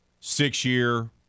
Six-year